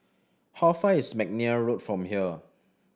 how far is McNair Road from here